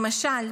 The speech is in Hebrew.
למשל,